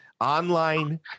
online